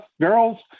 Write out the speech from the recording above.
girls